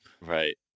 Right